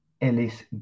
Ellis